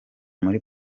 muri